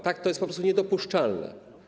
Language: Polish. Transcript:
To jest po prostu niedopuszczalne.